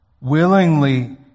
willingly